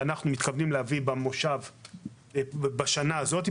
ואנחנו מתכוונים להביא בשנה הזאת,